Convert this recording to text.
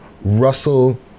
Russell